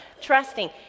Trusting